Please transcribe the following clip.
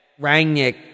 Rangnick